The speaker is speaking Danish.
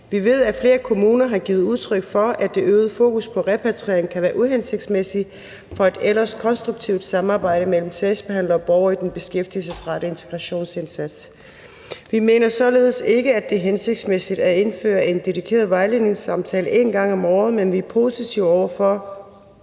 Vi ved, at flere kommuner har givet udtryk for, at det øgede fokus på repatriering kan være uhensigtsmæssigt for et ellers konstruktivt samarbejde mellem sagsbehandler og borger i den beskæftigelsesrettede integrationsindsats. Vi mener sådan således ikke, at det er hensigtsmæssigt at indføre en dedikeret vejledningssamtale en gang om året, men vi er positive over for